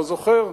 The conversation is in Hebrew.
לא זוכר,